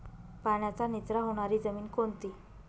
पाण्याचा निचरा होणारी जमीन कोणती?